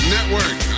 Network